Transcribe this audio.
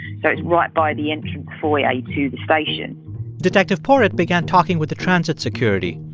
so it's right by the entrance foyer to the station detective porritt began talking with the transit security.